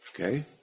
Okay